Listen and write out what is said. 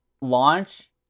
Launch